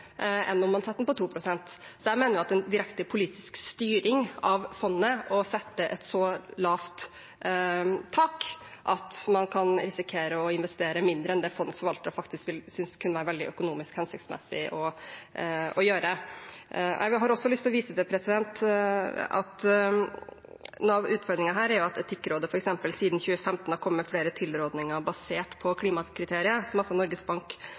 enn når man setter den til 2 pst. Jeg mener at det er en direkte politisk styring av fondet å sette et så lavt tak at man kan risikere å investere mindre enn det fondets forvaltere faktisk vil synes kan være veldig økonomisk hensiktsmessig å gjøre. Jeg har også lyst til å vise til at noe av utfordringen her f.eks. er at Etikkrådet siden 2015 har kommet med flere tilrådinger basert på klimakriterier, som Norges Bank